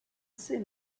seen